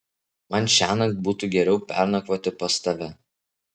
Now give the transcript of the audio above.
man šiąnakt būtų geriau pernakvoti pas tave